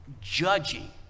judging